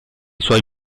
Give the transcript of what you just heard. suoi